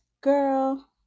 girl